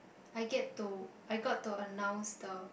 I get to I got to announce the